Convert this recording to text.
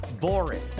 boring